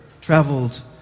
traveled